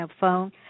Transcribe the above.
phone